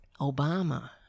Obama